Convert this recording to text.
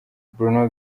bruno